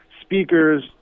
speakers